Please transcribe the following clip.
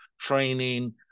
training